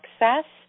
access